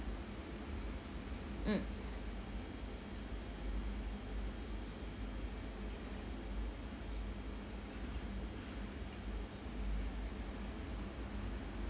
mm